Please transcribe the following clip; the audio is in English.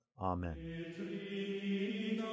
amen